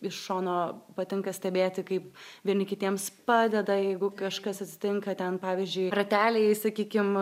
iš šono patinka stebėti kaip vieni kitiems padeda jeigu kažkas atsitinka ten pavyzdžiui rateliai sakykim